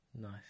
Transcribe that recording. Nice